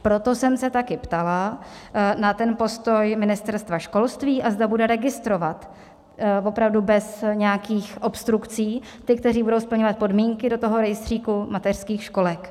Proto jsem se taky ptala na postoj Ministerstva školství, a zda bude registrovat opravdu bez nějakých obstrukcí ty, kteří budou splňovat podmínky, do toho rejstříku mateřských školek.